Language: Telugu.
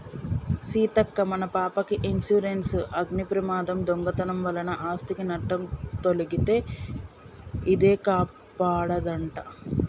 సీతక్క మన పాపకి ఇన్సురెన్సు అగ్ని ప్రమాదం, దొంగతనం వలన ఆస్ధికి నట్టం తొలగితే ఇదే కాపాడదంట